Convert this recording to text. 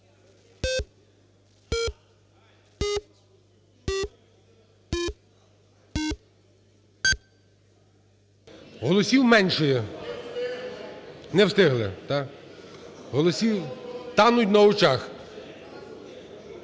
Голосів меншає. Не встигли. Голоси тануть на очах.